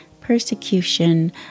persecution